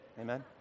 Amen